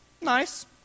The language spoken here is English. Nice